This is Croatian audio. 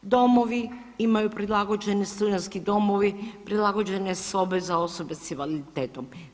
Domovi imaju prilagođeni studentski domovi, prilagođene sobe za osobe s invaliditetom.